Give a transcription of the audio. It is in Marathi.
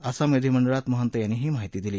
आसाम विधीमंडळात मंहता यांनी ही माहिती दिली